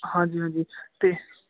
ਹਾਂਜੀ ਹਾਂਜੀ ਤੇ